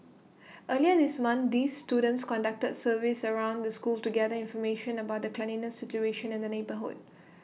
earlier this month these students conducted surveys around the school to gather information about the cleanliness situation in the neighbourhood